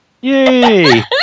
Yay